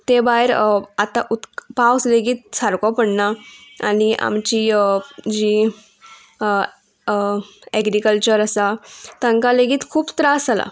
ते भायर आतां उद पावस लेगीत सारको पडना आनी आमची जी एग्रीकल्चर आसा तांकां लेगीत खूब त्रास जाला